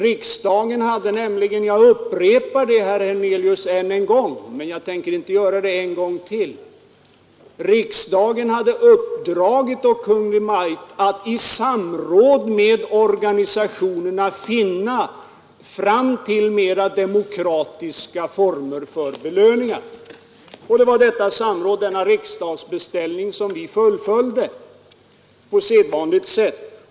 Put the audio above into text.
Riksdagen hade nämligen — jag upprepar detta, herr Hernelius, men jag tänker inte göra det en gång till — uppdragit åt Kungl. Maj:t att i samråd med organisationerna finna mer demokratiska former för belöningar. Det var denna riksdagens beställning som vi fullföljde på sedvanligt sätt.